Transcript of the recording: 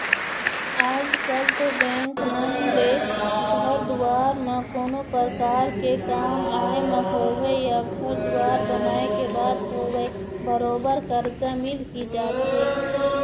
आजकल तो बेंक मन ले घर दुवार म कोनो परकार के काम आय म होवय या घर दुवार बनाए के बात होवय बरोबर करजा मिल ही जाथे